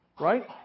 Right